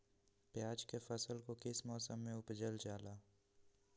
प्याज के फसल को किस मौसम में उपजल जाला?